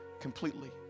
completely